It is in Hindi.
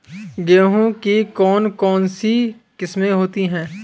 गेहूँ की कौन कौनसी किस्में होती है?